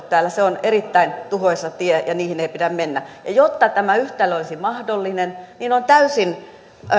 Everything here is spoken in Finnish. täällä se on erittäin tuhoisa tie ja niihin ei pidä mennä jotta tämä yhtälö olisi mahdollinen niin on täysin